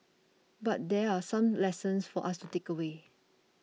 but there are some lessons for us to takeaway